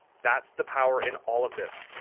that's the power in all of this.